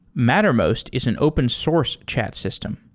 mattermost is an open source chat system.